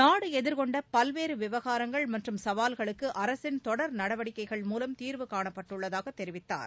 நாடு எதிர்கொண்ட பல்வேறு விவகாரங்கள் மற்றும் சவால்களுக்கு அரசின் தொடர் நடவடிக்கைகள் மூலம் தீர்வு காணப்பட்டுள்ளதனாக தெரிவித்தார்